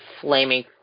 flaming